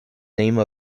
name